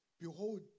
behold